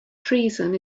treason